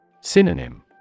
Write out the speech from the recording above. Synonym